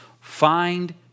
find